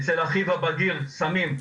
אצל אחיו הבגיר היו סמים,